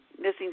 missing